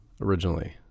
originally